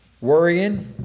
Worrying